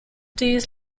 this